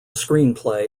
screenplay